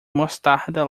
mostarda